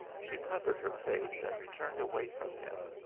she covered her face and turned away from him.